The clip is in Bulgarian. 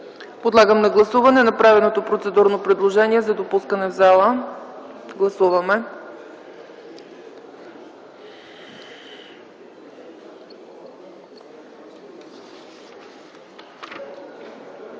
Подлагам на гласуване направеното процедурно предложение за допускане в пленарната